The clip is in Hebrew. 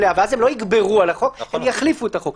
ואז הם לא יגברו על החוק, הם יחליפו את החוק.